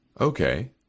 Okay